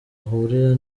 ahurira